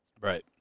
Right